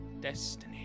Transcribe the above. destiny